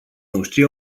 noștri